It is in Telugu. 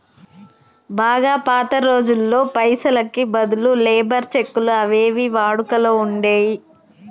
బాగా పాత రోజుల్లో పైసలకి బదులు లేబర్ చెక్కులు అనేవి వాడుకలో ఉండేయ్యి